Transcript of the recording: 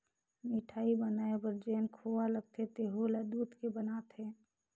मिठाई बनाये बर जेन खोवा लगथे तेहु ल दूद के बनाथे